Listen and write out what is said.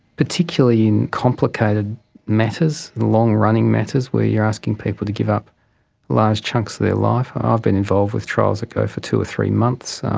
particularly in complicated matters, long running matters where you're asking people to give up large chunks of their life. i've been involved with trials that go for two or three months.